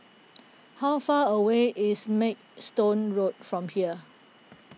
how far away is Maidstone Road from here